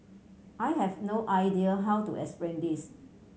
I have no idea how to explain this